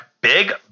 Big